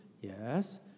Yes